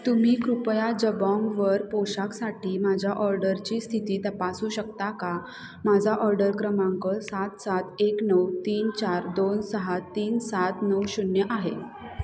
तुम्ही कृपया जबॉँगवर पोषाखसाठी माझ्या ऑर्डरची स्थिती तपासू शकता का माझा ऑर्डर क्रमांक सात सात एक नऊ तीन चार दोन सहा तीन सात नऊ शून्य आहे